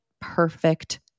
perfect